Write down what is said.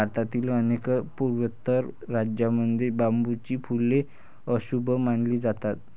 भारतातील अनेक पूर्वोत्तर राज्यांमध्ये बांबूची फुले अशुभ मानली जातात